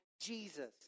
Jesus